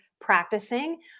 practicing